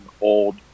old